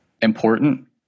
important